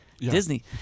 Disney